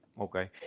Okay